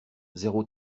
zéro